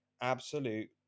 absolute